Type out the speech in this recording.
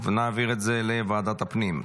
את זה לוועדת הפנים.